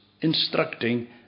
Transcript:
instructing